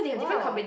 !wow!